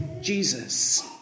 Jesus